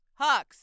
Hux